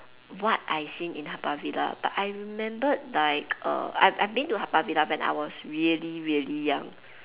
what I seen in Haw Par Villa but I remembered like err I I've been to Haw Par Villa when I was really really young